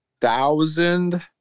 thousand